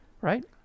right